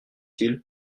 ils